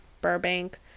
Burbank